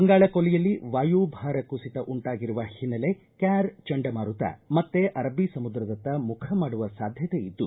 ಬಂಗಾಳಕೊಲ್ಲಿಯಲ್ಲಿ ವಾಯುಭಾರ ಕುಸಿತ ಉಂಟಾಗಿರುವ ಹಿನ್ನೆಲೆ ಕ್ನಾರ್ ಚಂಡಮಾರುತ ಮತ್ತೆ ಅರಲ್ಲೀ ಸಮುದ್ರದತ್ತ ಮುಖಿ ಮಾಡುವ ಸಾಧ್ಯತೆ ಇದ್ದು